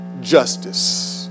justice